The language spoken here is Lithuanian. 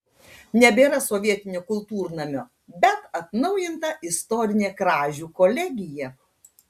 nebėra sovietinio kultūrnamio bet atnaujinta istorinė kražių kolegija